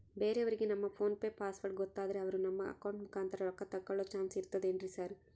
ಬೇರೆಯವರಿಗೆ ನಮ್ಮ PhonePe password ಗೊತ್ತಾದ್ರೆ ಅವರು ನಮ್ಮ ಅಕೌಂಟ್ ಮುಖಾಂತರ ರೊಕ್ಕ ತಕ್ಕೊಳ್ಳೋ ಚಾನ್ಸ್ ಇರ್ತದೆನ್ರಿ ಸರ್?